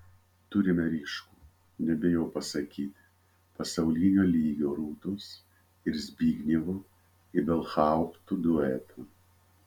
turime ryškų nebijau pasakyti pasaulinio lygio rūtos ir zbignevo ibelhauptų duetą